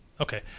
Okay